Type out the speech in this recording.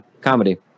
comedy